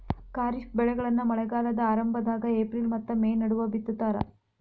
ಖಾರಿಫ್ ಬೆಳೆಗಳನ್ನ ಮಳೆಗಾಲದ ಆರಂಭದಾಗ ಏಪ್ರಿಲ್ ಮತ್ತ ಮೇ ನಡುವ ಬಿತ್ತತಾರ